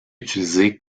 utilisé